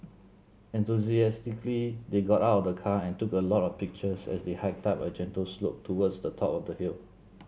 enthusiastically they got out of the car and took a lot of pictures as they hiked up a gentle slope towards the top of the hill